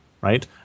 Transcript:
right